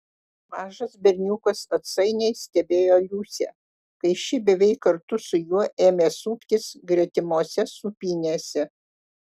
mažas berniukas atsainiai stebėjo liusę kai ši beveik kartu su juo ėmė suptis gretimose sūpynėse